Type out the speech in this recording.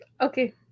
Okay